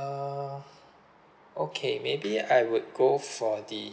uh okay maybe I would go for the